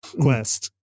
Quest